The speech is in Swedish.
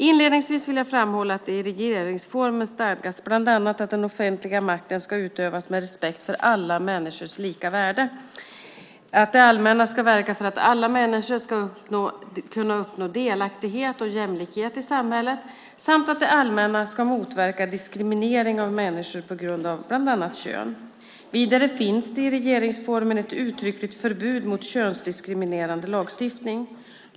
Inledningsvis vill jag framhålla att det i regeringsformen stadgas bland annat att den offentliga makten ska utövas med respekt för alla människors lika värde, att det allmänna ska verka för att alla människor ska kunna uppnå delaktighet och jämlikhet i samhället samt att det allmänna ska motverka diskriminering av människor på grund av bland annat kön. Vidare finns det i regeringsformen ett uttryckligt förbud mot könsdiskriminerande lagstiftning.